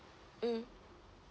mm